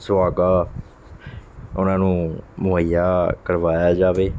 ਸੁਹਾਗਾ ਉਹਨਾਂ ਨੂੰ ਮੁਹੱਈਆ ਕਰਵਾਇਆ ਜਾਵੇ